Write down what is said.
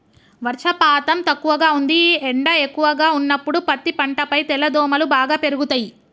వర్షపాతం తక్కువగా ఉంది ఎండ ఎక్కువగా ఉన్నప్పుడు పత్తి పంటపై తెల్లదోమలు బాగా పెరుగుతయి